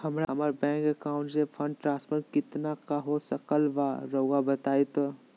हमरा bank account से fund transfer कितना का हो सकल बा रुआ बताई तो?